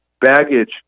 baggage